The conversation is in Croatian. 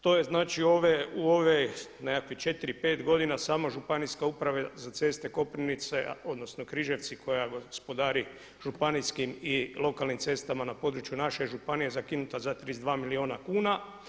To je znači u ove nekakve 4, 5 godina samo Županijska uprava za ceste Koprivnice, odnosno Križevci koja gospodari županijskim i lokalnim cestama na području naše županije zakinuta za 32 milijuna kuna.